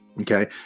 Okay